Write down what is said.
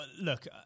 look